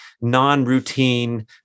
non-routine